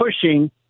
pushing